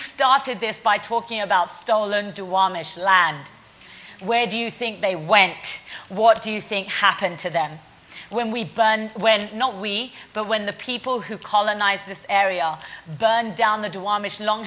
started this by talking about stolen land where do you think they went what do you think happened to them when we burned when not we but when the people who colonized this area